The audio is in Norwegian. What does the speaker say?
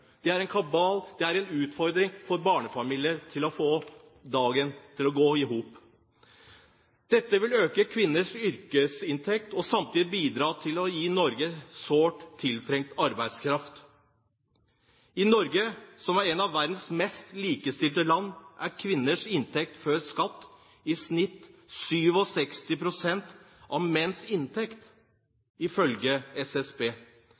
Det er en kabal og en utfordring for barnefamilier å få dagen til å gå i hop. Dette vil øke kvinners yrkesinntekt og samtidig bidra til å gi Norge sårt tiltrengt arbeidskraft. I Norge, som er ett av verdens mest likestilte land, er kvinners inntekt før skatt i snitt 67 pst. av menns inntekt, ifølge SSB.